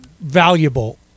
valuable